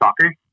soccer